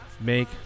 make